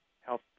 help